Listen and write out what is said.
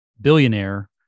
billionaire